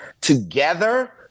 together